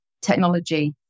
technology